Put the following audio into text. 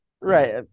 Right